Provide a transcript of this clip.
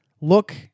look